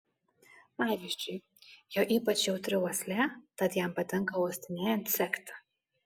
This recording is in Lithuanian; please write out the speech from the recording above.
pavyzdžiui jo ypač jautri uoslė tad jam patinka uostinėjant sekti